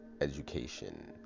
education